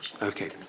Okay